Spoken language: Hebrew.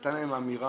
נתן להם אמירה,